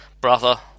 brother